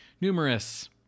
numerous